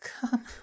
come